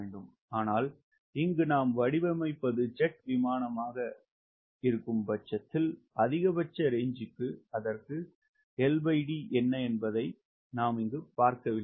ஆனால் இங்கு நாம் வடிவமைப்பது ஜெட் விமானமாக இருத்தல் அதிகபட்ச range க்கு அதற்கு LD என்ன என்பதை பார்க்கவில்லை